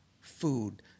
food